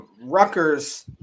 Rutgers